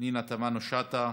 פנינה תמנו שטה,